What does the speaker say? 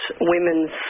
women's